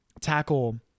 tackle